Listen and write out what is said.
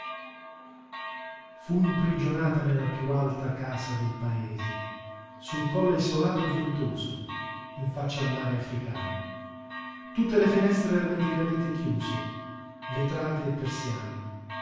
fu imprigionata nella piú alta casa del paese sul colle isolato e ventoso in faccia al mare africano tutte le finestre ermeticamente chiuse vetrate e persiane